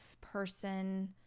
person